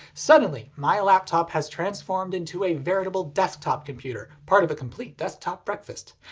suddenly my laptop has transformed into a veritable desktop computer, part of a complete desktop breakfast.